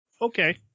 Okay